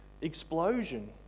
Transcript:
explosion